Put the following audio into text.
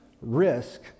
risk